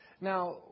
Now